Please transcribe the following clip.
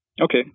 Okay